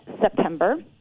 September